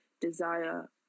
desire